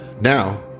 Now